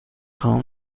خواهم